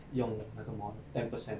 用 like about ten percent